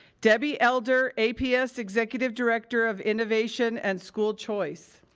debbie elder, aps executive director of innovation and school choice.